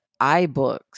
iBooks